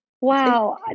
Wow